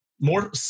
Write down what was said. more